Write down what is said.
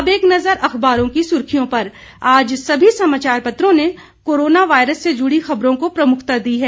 अब एक नजर अखबारों की सुर्खियों पर आज सभी समाचार ने कोरोना वायरस से जुड़ी खबरों को प्रमुखता दी है